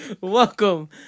Welcome